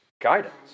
Guidance